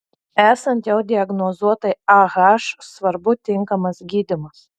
esant jau diagnozuotai ah svarbus tinkamas gydymas